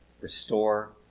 Restore